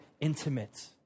intimate